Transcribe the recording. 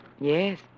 Yes